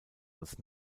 als